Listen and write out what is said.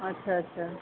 अच्छा अच्छा